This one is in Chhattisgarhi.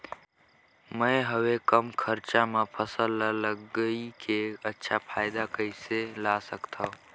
मैं हवे कम खरचा मा फसल ला लगई के अच्छा फायदा कइसे ला सकथव?